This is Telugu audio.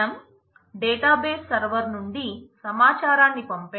మనం డేటాబేస్ సర్వర్ ఉండాలి